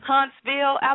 Huntsville